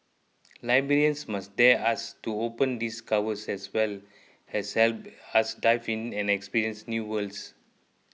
librarians must dare us to open these covers as well as help us dive in and experience new worlds